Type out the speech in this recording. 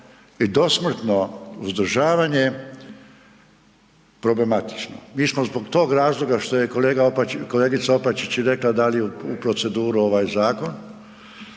i dosmrtno uzdržavanje. Mi smo zbog tog razloga što je kolega, kolegica Opačić rekla dali u proceduru ovaj zakon,